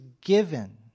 given